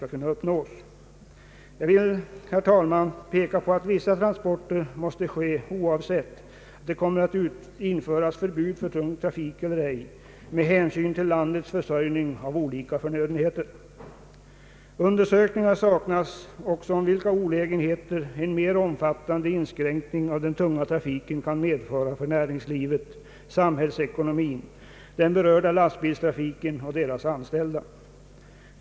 Jag vill till slut, herr talman, framhålla att vissa transporter, med hänsyn till landets försörjning vad gäller olika förnödenheter, måste ske vare sig ett förbud mot tung trafik införes eller ej. Undersökningar saknas också om vilka olägenheter en mer omfattande inskränkning av den tunga trafiken kan medföra för näringslivet, samhällsekonomin, den berörda lastbilstrafiken och de anställda.